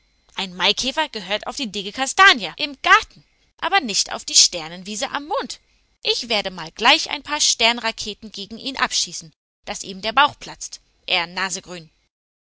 ein maikäfer gehört auf die dicke kastanie im garten aber nicht auf die sternenwiese am mond ich werde mal gleich ein paar stemraketen gegen ihn abschießen daß ihm der bauch platzt er